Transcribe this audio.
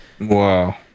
wow